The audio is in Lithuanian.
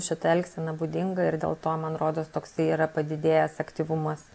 šita elgsena būdinga ir dėl to man rodos toksai yra padidėjęs aktyvumas